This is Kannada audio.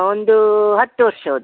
ಒಂದು ಹತ್ತು ವರ್ಷದ್ದು